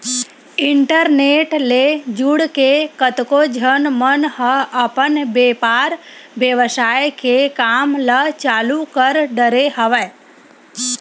internet ले जुड़के कतको झन मन ह अपन बेपार बेवसाय के काम ल चालु कर डरे हवय